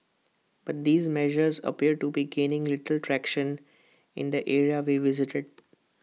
but these measures appear to be gaining little traction in the areas we visited